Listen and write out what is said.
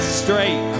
straight